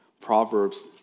Proverbs